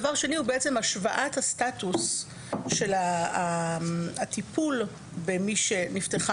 דבר שני הוא השוואת הסטטוס של הטיפול במי שנפתחה